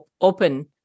open